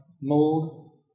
mold